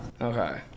okay